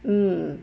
uh